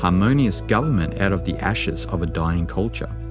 harmonious government out of the ashes of a dying culture.